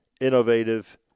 innovative